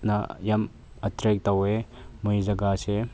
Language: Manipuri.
ꯅ ꯌꯥꯝ ꯑꯇ꯭ꯔꯦꯛ ꯇꯧꯋꯦ ꯃꯣꯏ ꯖꯒꯥꯁꯦ